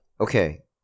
okay